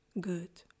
good